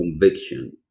conviction